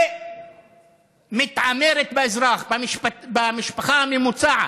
ומתעמרת באזרח, במשפחה הממוצעת,